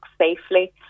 safely